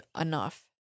enough